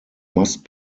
must